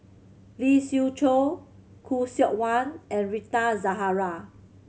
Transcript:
Lee Siew Choh Khoo Seok Wan and Rita Zahara